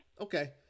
Okay